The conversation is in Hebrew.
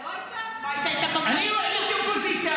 אתה לא היית --- אני הייתי אופוזיציה,